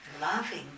loving